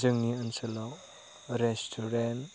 जोंनि ओनसोलाव रेस्टुरेन्ट